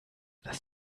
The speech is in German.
das